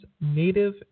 native